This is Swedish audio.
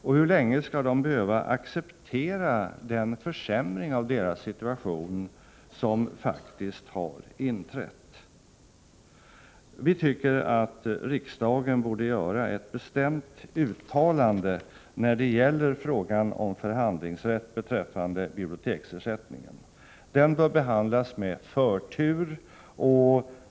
Och hur länge skall de behöva acceptera den försämring av sin situation som faktiskt har inträtt? Vi tycker att riksdagen borde göra ett bestämt uttalande när det gäller frågan om förhandlingsrätt beträffande biblioteksersättningen. Den bör behandlas med förtur.